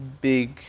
big